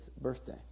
birthday